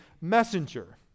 messenger